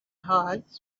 hearts